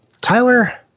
Tyler